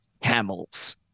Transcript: camels